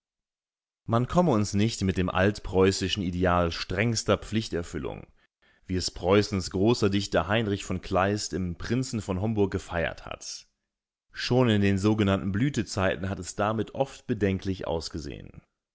man komme uns nicht mit dem altpreußischen ideal strengster pflichterfüllung wie es preußens großer dichter heinrich v kleist im prinzen von homburg gefeiert hat schon in den sogenannten blütezeiten hat es damit oft bedenklich ausgesehen